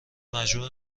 مجبور